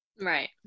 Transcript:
Right